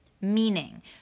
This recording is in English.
Meaning